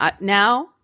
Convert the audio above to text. Now